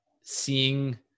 seeing